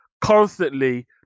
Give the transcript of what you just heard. constantly